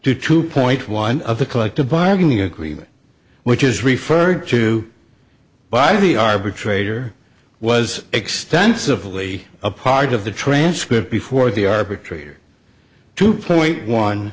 to two point one of the collective bargaining agreement which is referred to by the arbitrator was extensively a part of the transcript before the arbitrator two point one